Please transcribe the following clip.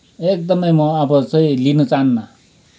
एकदमै म अब चाहिँ लिन चाहन्न